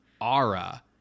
Ara